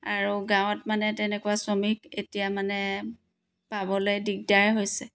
আৰু গাঁৱত মানে তেনেকুৱা শ্ৰমিক এতিয়া মানে পাবলৈ দিগদাৰ হৈছে